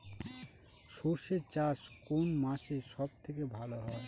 সর্ষে চাষ কোন মাসে সব থেকে ভালো হয়?